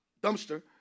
dumpster